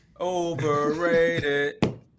overrated